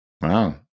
Wow